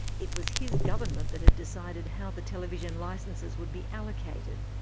it was his government that had decided how the television licences would be allocated.